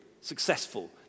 Successful